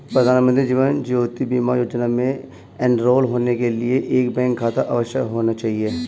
प्रधानमंत्री जीवन ज्योति बीमा योजना में एनरोल होने के लिए एक बैंक खाता अवश्य होना चाहिए